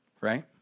Right